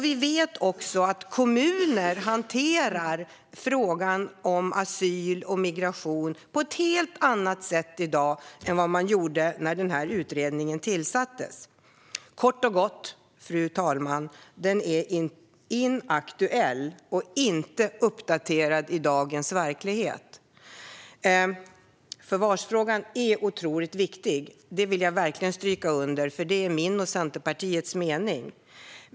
Vi vet också att kommunerna hanterar frågan om asyl och migration på ett helt annat sätt i dag än vad de gjorde när utredningen tillsattes. Kort och gott, fru talman, är utredningen inaktuell och inte uppdaterad för dagens verklighet. Att förvarsfrågan är otroligt viktig vill jag verkligen stryka under, för det är min och Centerpartiets mening.